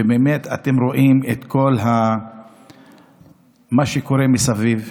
ובאמת, אתם רואים את כל מה שקורה מסביב,